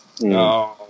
No